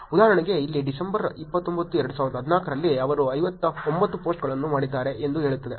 ಉದಾಹರಣೆಗೆ ಇಲ್ಲಿ ಡಿಸೆಂಬರ್ 29 2014 ರಲ್ಲಿ ಅವರು 59 ಪೋಸ್ಟ್ಗಳನ್ನು ಮಾಡಿದ್ದಾರೆ ಎಂದು ಹೇಳುತ್ತದೆ